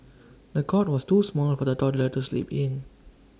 the cot was too small for the toddler to sleep in